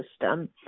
system